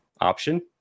option